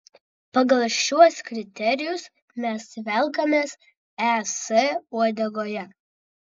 pagal šiuos kriterijus mes velkamės es uodegoje